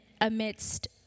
amidst